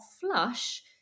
flush